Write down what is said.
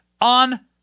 on